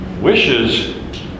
wishes